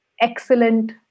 excellent